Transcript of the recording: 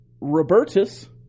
Robertus